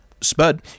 Spud